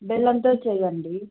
బెల్లంతో చెయ్యండి